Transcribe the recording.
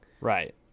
Right